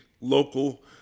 local